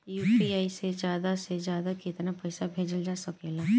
UPI से ज्यादा से ज्यादा केतना पईसा भेजल जा सकेला?